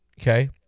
okay